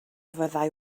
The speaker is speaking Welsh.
fyddai